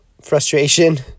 frustration